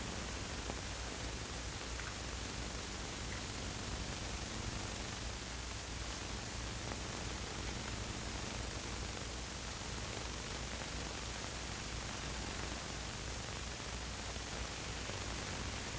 from